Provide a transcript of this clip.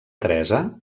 teresa